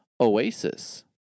oasis